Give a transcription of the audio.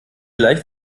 leicht